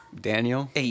Daniel